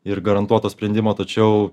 ir garantuoto sprendimo tačiau